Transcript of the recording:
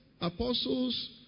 apostles